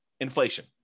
Inflation